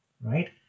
right